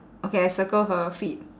okay I circle her feet